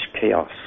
chaos